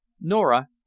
Nora